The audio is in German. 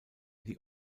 die